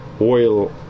oil